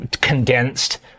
condensed